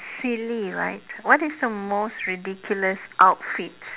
silly right what is the most ridiculous outfit